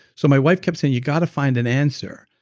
so my wife kept saying, you got to find an answer.